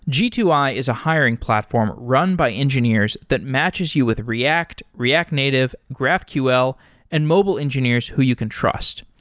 g two i is a hiring platform run by engineers that matches you with react, react native, graphql and mobile engineers who you can trust.